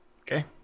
Okay